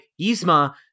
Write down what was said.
Yzma